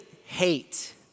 hate